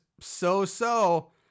so-so